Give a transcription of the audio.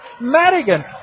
Madigan